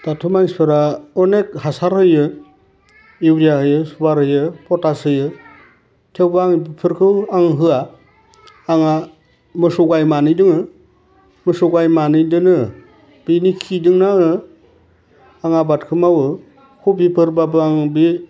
दाथ' मानसिफोरा अनेक हासार होयो इउरिया होयो सुपार होयो पटास होयो थेवबो आं बेफोरखौ आं होया आङो मोसौ गाइ मानै दङो मोसौ गाइ मानैजोंनो बिनि खिजोंनो आङो आं आबादखौ मावयो कफिफोरबाबो आं बे